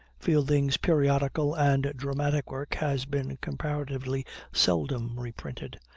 fielding's periodical and dramatic work has been comparatively seldom reprinted,